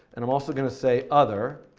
and i'm also going to say other.